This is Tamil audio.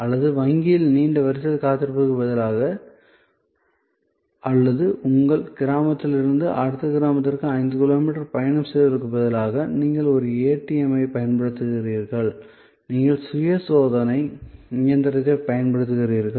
அல்லது வங்கியில் நீண்ட வரிசையில் காத்திருப்பதற்குப் பதிலாக அல்லது உங்கள் கிராமத்தில் இருந்து அடுத்த கிராமத்திற்கு ஐந்து கிலோமீட்டர் பயணம் செய்வதற்குப் பதிலாக நீங்கள் ஒரு ATM ஐப் பயன்படுத்துகிறீர்கள் நீங்கள் சுய சோதனை இயந்திரத்தைப் பயன்படுத்துகிறீர்கள்